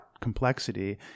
complexity